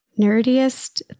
Nerdiest